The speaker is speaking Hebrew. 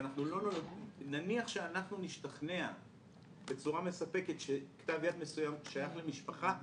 שנניח שאנחנו נשתכנע בצורה מספקת שכתב יד מסוים שייך למשפחה,